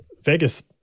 Vegas